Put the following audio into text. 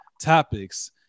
topics